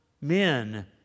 men